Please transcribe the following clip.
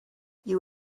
you